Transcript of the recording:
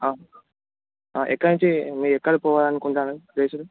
ఎక్కడి నుంచి మీరు ఎక్కడికి పోవాలనుకుంటున్నారు ప్లేసులు